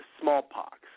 smallpox